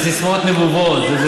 אלה סיסמאות נבובות.